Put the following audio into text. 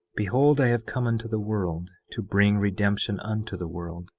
behold, i have come unto the world to bring redemption unto the world,